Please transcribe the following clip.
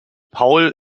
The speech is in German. paul